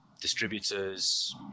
distributors